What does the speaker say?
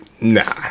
nah